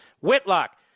Whitlock